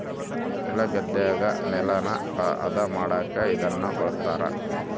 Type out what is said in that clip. ನೆಲಗದ್ದೆಗ ನೆಲನ ಹದ ಮಾಡಕ ಇದನ್ನ ಬಳಸ್ತಾರ